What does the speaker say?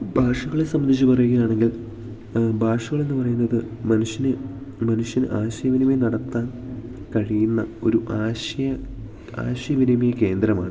ഭാഷകളെ സംബന്ധിച്ച് പറയുകയാണെങ്കിൽ ഭാഷകളെന്നു പറയുന്നത് മനുഷ്യന് മനുഷ്യന് ആശയ വിനിമയം നടത്താൻ കഴിയുന്ന ഒരു ആശയ ആശയ വിനിമയ കേന്ദ്രമാണ്